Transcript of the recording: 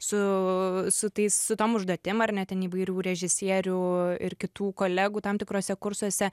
su su tais su tom užduotim ar ne ten įvairių režisierių ir kitų kolegų tam tikruose kursuose